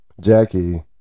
Jackie